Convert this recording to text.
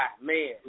man